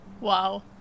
Wow